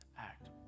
act